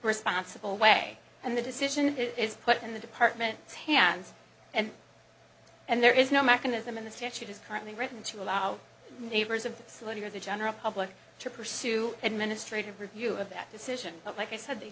responsible way and the decision is put in the department hands and and there is no mechanism in the statute is currently written to allow neighbors of slowly or the general public to pursue administrative review of that decision but like i said they